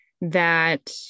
that-